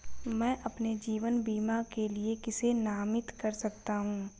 मैं अपने जीवन बीमा के लिए किसे नामित कर सकता हूं?